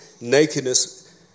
nakedness